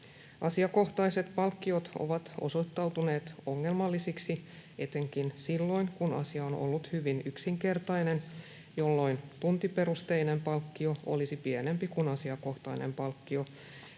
Asiakohtaiset palkkiot ovat osoittautuneet ongelmallisiksi etenkin silloin, kun asia on ollut hyvin yksinkertainen, jolloin tuntiperusteinen palkkio olisi pienempi kuin asiakohtainen palkkio,